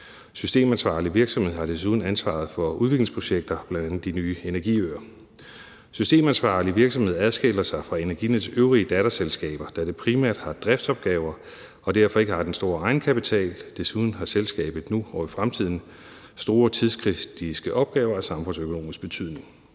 systemansvarlige virksomhed har desuden ansvaret for udviklingsprojekter, bl.a. de nye energiøer. Den systemansvarlige virksomhed adskiller sig fra Energinets øvrige datterselskaber, da det primært har driftsopgaver og det derfor ikke har den store egenkapital. Desuden har selskabet nu og i fremtiden store tidskritiske opgaver af samfundsøkonomisk betydning.